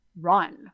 run